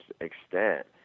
extent